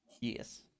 Yes